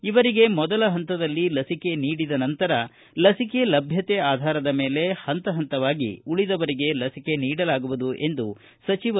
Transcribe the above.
ಇವರಿಗೆ ಮೊದಲ ಹಂತದಲ್ಲಿ ಲಸಿಕೆ ನೀಡಿದ ನಂತರ ಲಸಿಕೆ ಲಭ್ಯತೆ ಆಧಾರದ ಮೇಲೆ ಹಂತ ಹಂತವಾಗಿ ಲಸಿಕೆ ನೀಡಲಾಗುವುದು ಎಂದು ಡಾ